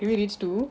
it really reach two